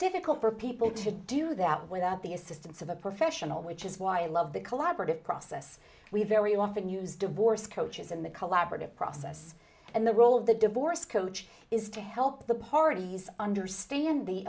difficult for people to do that without the assistance of a professional which is why i love the collaborative process we very often use divorce coaches and the collaborative process and the role of the divorced coach is to help the parties understand the